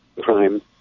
crime